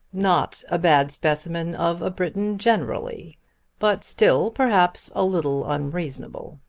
not a bad specimen of a briton generally but still, perhaps, a little unreasonable.